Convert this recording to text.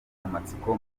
amatsiko